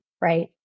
right